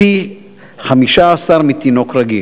פי-15 מלתינוק רגיל.